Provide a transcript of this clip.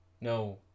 No